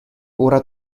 ora